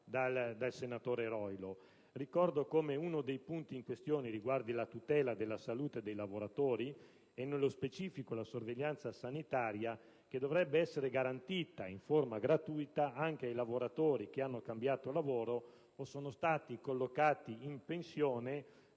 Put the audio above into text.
dal senatore Roilo. Ricordo come uno dei punti in questione riguardi la tutela della salute dei lavoratori, nello specifico la sorveglianza sanitaria che dovrebbe essere garantita in forma gratuita anche ai lavoratori che hanno cambiato lavoro o sono stati collocati in pensione